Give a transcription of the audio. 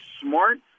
smart